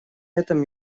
этом